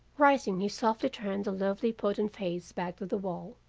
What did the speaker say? rising, he softly turned the lovely, potent face back to the wall,